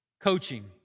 coaching